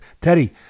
Teddy